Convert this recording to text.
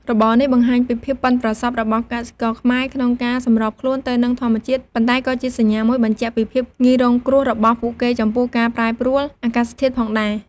របរនេះបង្ហាញពីភាពប៉ិនប្រសប់របស់កសិករខ្មែរក្នុងការសម្របខ្លួនទៅនឹងធម្មជាតិ ប៉ុន្តែក៏ជាសញ្ញាមួយបញ្ជាក់ពីភាពងាយរងគ្រោះរបស់ពួកគេចំពោះការប្រែប្រួលអាកាសធាតុផងដែរ។